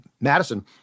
Madison